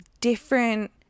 different